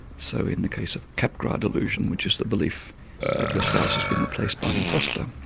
so in the case of capgras delusion, which is the belief that your spouse has been replaced by an impostor,